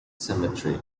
cemetery